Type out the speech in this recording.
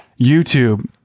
YouTube